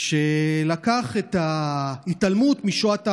שלקח את ההתעלמות משואת הארמנים,